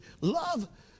love